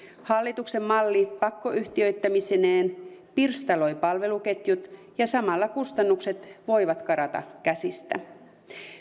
hallituksen malli pakkoyhtiöittämisineen pirstaloi palveluketjut ja samalla kustannukset voivat karata käsistä